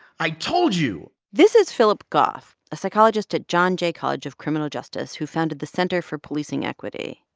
i told you this is phillip goff, a psychologist at john jay college of criminal justice who founded the center for policing equity.